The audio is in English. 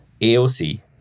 AOC